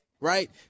right